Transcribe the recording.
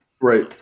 Right